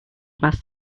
must